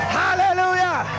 hallelujah